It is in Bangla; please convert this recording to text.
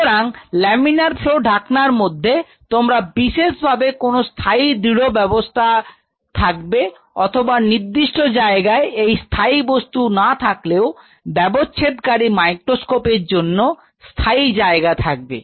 সুতরাং লামিনার ফ্লও ঢাকনার মধ্যে তোমরা বিশেষভাবে কোন স্থায়ী দৃঢ় ব্যবস্থা থাকবে অথবা নির্দিষ্ট জায়গায় এই স্থায়ী বস্তু না থাকলেও ব্যবচ্ছেদ কারী মাইক্রোস্কোপ এর জন্য স্থায়ী জায়গা থাকবে